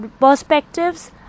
perspectives